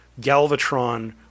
Galvatron